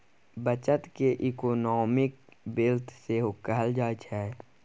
बचत केँ economic wealth सेहो कहल जाइ छै